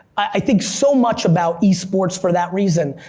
i think so much about esports for that reason,